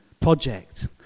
project